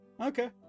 Okay